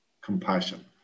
compassion